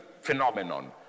phenomenon